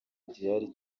gihari